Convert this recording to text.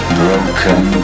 broken